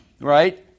Right